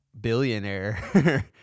billionaire